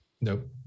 nope